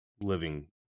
living